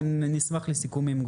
ובישיבה הזו כבר נשמח לסיכומים.